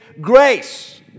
grace